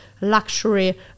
luxury